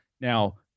Now